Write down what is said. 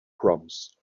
proms